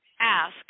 ask